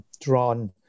drawn